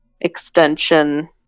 extension